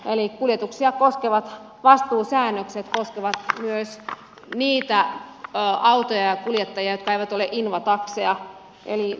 kuljetuksia koskevat vastuusäännökset koskevat myös niitä autoja ja kuljettajia jotka eivät ole invatakseja